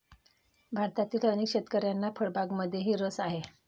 भारतातील अनेक शेतकऱ्यांना फळबागांमध्येही रस आहे